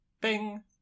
Bing